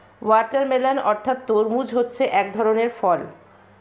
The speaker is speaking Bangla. ওয়াটারমেলান অর্থাৎ তরমুজ হচ্ছে এক ধরনের ফল